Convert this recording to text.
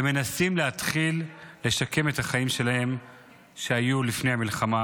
ומנסים להתחיל לשקם את החיים שלהם כפי שהיו לפני המלחמה,